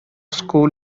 school